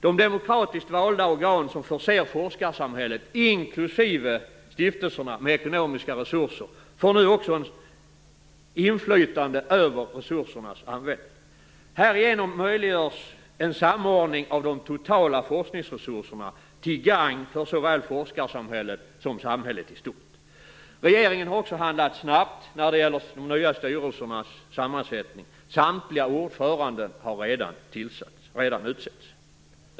De demokratiskt valda organ som förser forskarsamhället, inklusive stiftelserna, med ekonomiska resurser får nu också inflytande över resursernas användning. Härigenom möjliggörs en samordning av de totala forskningsresurserna till gagn för såväl forskarsamhället som samhället i stort. Regeringen har också handlat snabbt när det gäller de nya styrelsernas sammansättning. Samtliga ordföranden har redan utsetts.